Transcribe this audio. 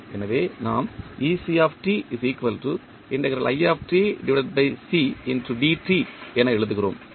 எனவே நாம் என எழுதுகிறோம்